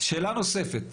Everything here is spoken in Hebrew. שאלה נוספת.